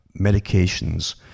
medications